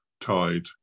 tied